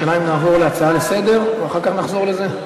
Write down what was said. השאלה אם נעבור להצעה לסדר-היום ואחר כך נחזור לזה.